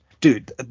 Dude